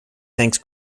thanks